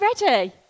ready